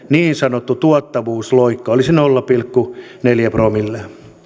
niin sanottu tuottavuusloikka olisi nolla pilkku neljä promillea